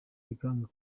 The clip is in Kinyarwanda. bikanga